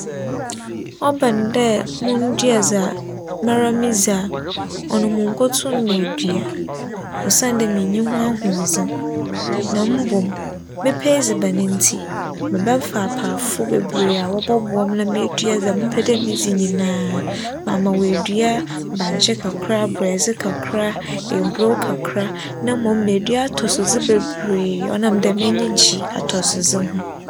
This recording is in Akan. ͻba no dɛ mundua dza mara midzi a, ͻno munnkotum edua osiandɛ minnyi ho ahoͻdzen mbom mepɛ edziban ntsi, mebɛfa apaafo beberee a wͻbͻboa me ma meedua dza mepɛ dɛ midzi nyinaa ama woedua bankye kakra, borɛdze kakra, eburow kakra, na mbom meedua atͻsodze beberee ͻnam dɛ m'enyi gye atͻsodze ho.